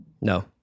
No